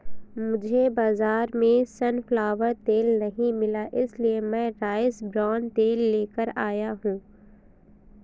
मुझे बाजार में सनफ्लावर तेल नहीं मिला इसलिए मैं राइस ब्रान तेल लेकर आया हूं